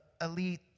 elite